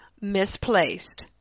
misplaced